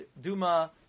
Duma